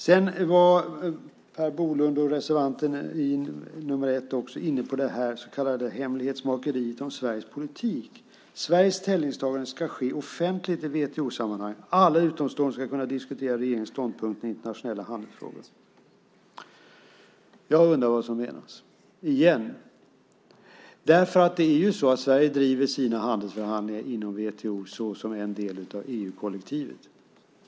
Sedan var Per Bolund och hans medreservant inne på det så kallade hemlighetsmakeriet om Sveriges politik. Sveriges ställningstaganden ska ske offentligt i WTO-sammanhang. Alla utomstående ska kunna diskutera regeringens ståndpunkt i internationella handelsfrågor. Jag undrar igen vad som menas. Det är ju så att Sverige driver sina handelsförhandlingar inom WTO som en del av EU-kollektivet.